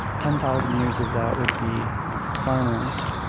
ten thousand years of that would be farmers,